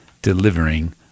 delivering